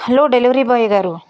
hello delivery boy గారు